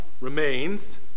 remains